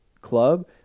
club